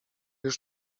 już